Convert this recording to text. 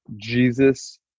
Jesus